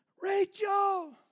Rachel